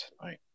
tonight